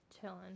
chilling